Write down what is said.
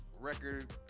record